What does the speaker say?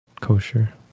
kosher